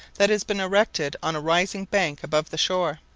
that has been erected on a rising bank above the shore.